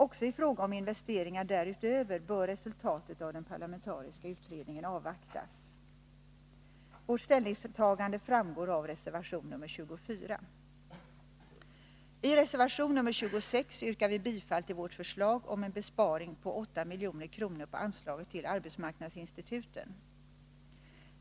Också i fråga om investeringar därutöver bör resultatet av den parlamentariska utredningen avvaktas. Vårt ställningstagande framgår av reservation nr 24. I reservation nr 26 yrkar vi bifall till vårt förslag om en besparing på 8 milj.kr. på anslaget till arbetsmarknadsinstituten.